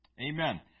Amen